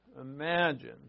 imagine